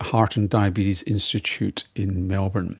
heart and diabetes institute in melbourne